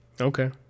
Okay